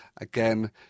again